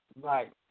Right